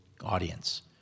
audience